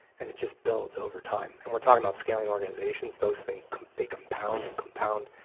and it just builds over time. and we're talking about scaling organizations, those things, they compound and compound.